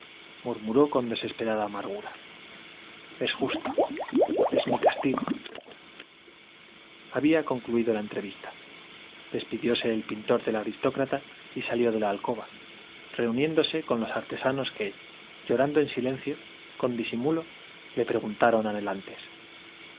butaca murmuró con desesperada amargura i es justo i es mi castigo había concluído la entrevista despidióse el pintor del aristócrata y salió de la alcoba reuniéndose con los artesanos que llorando en disimulo silencio con le preguntaron anhelantes